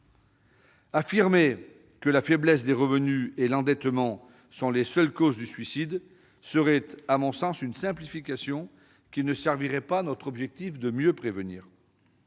Affirmer que la faiblesse des revenus et l'endettement sont les seules causes du suicide serait, à mon sens, une simplification qui ne servirait pas notre objectif de mieux le prévenir.